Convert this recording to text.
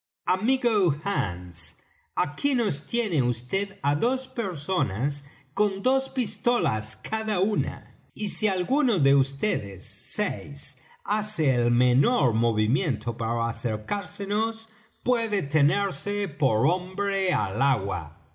hands aquí nos tiene vd á dos personas con dos pistolas cada una si alguno de vds seis hace el menor movimiento para acercársenos puede tenerse por hombre al agua